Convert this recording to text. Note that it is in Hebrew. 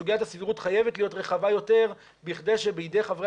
שסוגיית הסבירות חייבת להיות רחבה יותר בכדי שבידי חברי